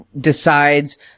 decides